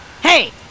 Hey